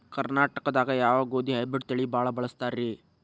ಕರ್ನಾಟಕದಾಗ ಯಾವ ಗೋಧಿ ಹೈಬ್ರಿಡ್ ತಳಿ ಭಾಳ ಬಳಸ್ತಾರ ರೇ?